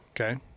Okay